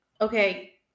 Okay